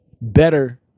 better